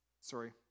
Sorry